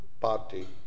party